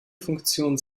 funktion